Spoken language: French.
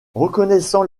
reconnaissant